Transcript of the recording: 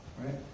right